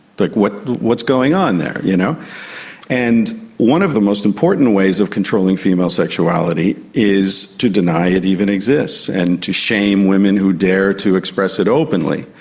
what's what's going on there? you know and one of the most important ways of controlling female sexuality is to deny it even exists and to shame women who dare to express it openly.